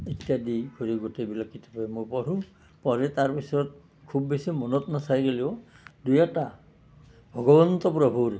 ইত্যাদি কৰি গোটেইবিলাক কিতাপেই মই পঢ়োঁ পঢ়ি তাৰপিছত খুব বেছি মনত নাথাকিলেও দুই এটা ভগৱন্ত প্ৰভুৰ